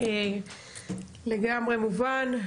לגמרי מובן,